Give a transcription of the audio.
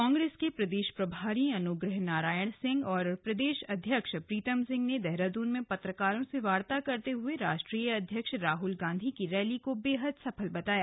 कांग्रेस के उत्तराखंड प्रदेश प्रभारी अनुग्रह नारायण सिंह और प्रदेश अध्यक्ष प्रीतम सिंह देहरादून में पत्रकारों से वार्ता करते हुए राष्ट्रीय अध्यक्ष राहुल गांधी की रैली को बेहद सफल बताया